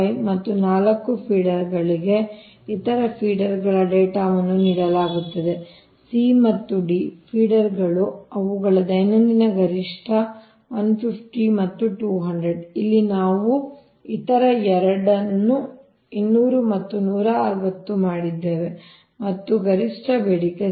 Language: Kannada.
25 ಮತ್ತು 4 ಫೀಡರ್ ಗಳಿಗೆ ಇತರ 2 ಫೀಡರ್ ಗಳ ಡೇಟಾವನ್ನು ನೀಡಲಾಗುತ್ತದೆ C ಮತ್ತು D ಫೀಡರ್ ಗಳು ಅವು ದೈನಂದಿನ ಗರಿಷ್ಠ 150 ಮತ್ತು 200 ಇಲ್ಲಿ ನಾವು ಇತರ 2 ಅನ್ನು 200 ಮತ್ತು 160 ಮಾಡಿದ್ದೇವೆ ಮತ್ತು ಗರಿಷ್ಠ ಬೇಡಿಕೆ 600 ಕಿಲೋವ್ಯಾಟ್ ಆಗಿದೆ